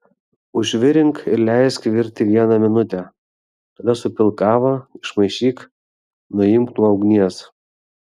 užvirink ir leisk virti vieną minutę tada supilk kavą išmaišyk nuimk nuo ugnies